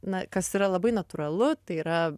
na kas yra labai natūralu tai yra